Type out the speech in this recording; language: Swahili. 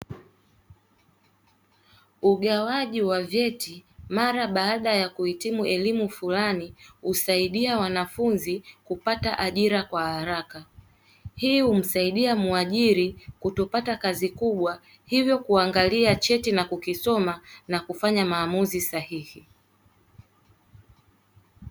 Ugawaji wa vyeti mara baada ya kuhitimu elimu fulani husaidia wanafunzi kupata ajira kwa haraka. Hii humsaidia mwajiri kutopata kazi kubwa hivyo kuangalia cheti na kukisoma na kufanya maamuzi sahihi.